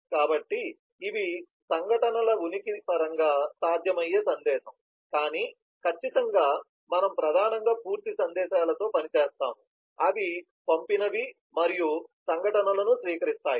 కాబట్టి ఇవి సంఘటనల ఉనికి పరంగా సాధ్యమయ్యే సందేశం కాని ఖచ్చితంగా మనము ప్రధానంగా పూర్తి సందేశాలతో పని చేస్తాము అవి పంపినవి మరియు సంఘటనలను స్వీకరిస్తాయి